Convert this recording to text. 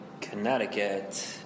Connecticut